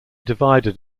divided